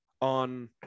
on